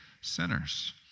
sinners